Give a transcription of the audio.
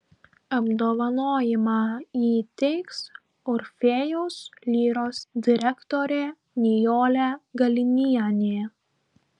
apdovanojimą įteiks orfėjaus lyros direktorė nijolė galinienė